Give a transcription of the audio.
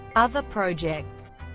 other projects